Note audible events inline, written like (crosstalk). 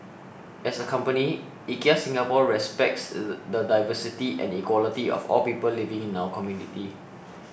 as a company IKEA Singapore respects (unintelligible) the diversity and equality of all people living in our community